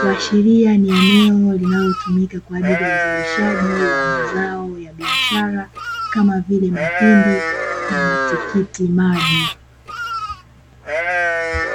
kuashiria kuwa ni eneo linalotumika kwa ajili ya uzalishaji wa mazao ya biashara kama vile mahindi na matikiti maji.